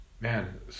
man